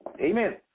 Amen